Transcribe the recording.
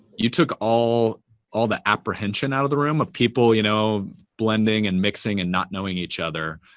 you took all all the apprehension out of the room, of people you know blending and mixing and not knowing each other.